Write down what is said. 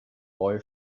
boy